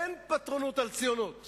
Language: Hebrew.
אין פטרונות על הציונות